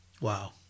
Wow